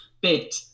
bit